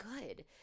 good